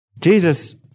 Jesus